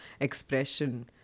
expression